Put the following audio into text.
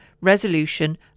resolution